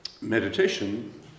meditation